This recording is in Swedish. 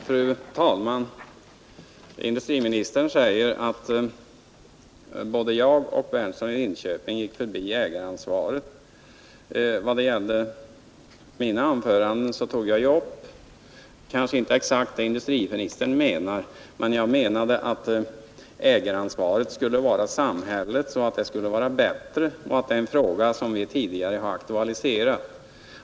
Fru talman! Industriministern säger att både jag och herr Berndtson i Linköping gick förbi ägaransvaret. I mina anföranden tog jag kanske inte upp exakt det industriministern menar men jag påpekade att det skulle att förbättra det näringspolitiska läget i Södermanland vara bättre om ägaransvaret vore samhällets. Det är ju en fråga som vi tidigare aktualiserat.